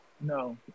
No